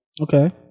Okay